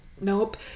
Nope